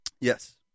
Yes